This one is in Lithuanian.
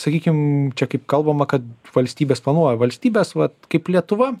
sakykim čia kaip kalbama kad valstybės planuoja valstybės vat kaip lietuva